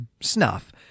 Snuff